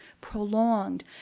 prolonged